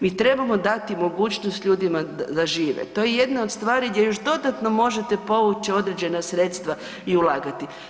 Mi trebamo dati mogućnost ljudima da žive, to je jedna od stvari gdje još dodatno možete povući određena sredstva i ulagati.